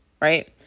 right